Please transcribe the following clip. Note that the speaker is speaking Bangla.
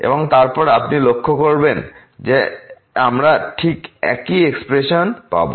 এবং তারপর আপনি লক্ষ্য করবেন যে আমরা ঠিক একই এক্সপ্রেসন পাবো